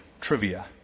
trivia